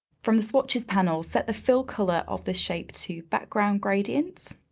from the swatches panel set the fill color of the shape to background gradients,